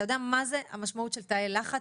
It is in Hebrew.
אתה יודע מה המשמעות של תאי לחץ?